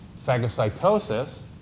phagocytosis